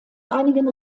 einigen